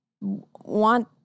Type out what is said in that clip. want